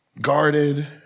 guarded